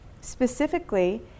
specifically